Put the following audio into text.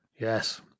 Yes